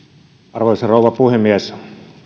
arvoisa rouva puhemies